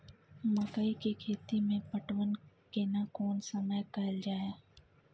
मकई के खेती मे पटवन केना कोन समय कैल जाय?